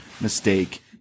mistake